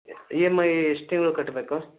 E M I ಎಷ್ಟು ತಿಂಗ್ಳು ಕಟ್ಟಬೇಕು